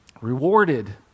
rewarded